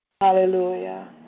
Hallelujah